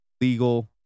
legal